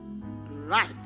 right